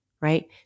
right